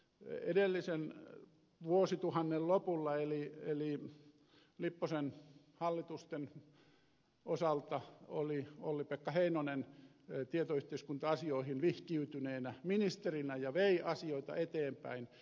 edellisen vuosituhannen lopulla eli lipposen hallitusten osalta oli olli pekka heinonen tietoyhteiskunta asioihin vihkiytyneenä ministerinä ja vei asioita eteenpäin